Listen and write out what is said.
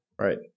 Right